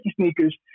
sneakers